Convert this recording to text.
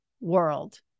world